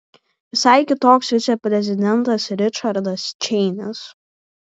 visai kitoks viceprezidentas ričardas čeinis